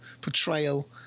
portrayal